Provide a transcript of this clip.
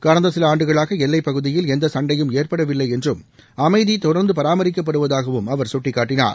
கடந்த சில ஆண்டுகளாக எல்லைப்பகுதியில் எந்த சண்டையும் ஏற்படவில்லை என்றும் அமைதி தொடர்ந்து பராமரிக்கப்படுவதாகவும் அவர் சுட்டிக்காட்டினார்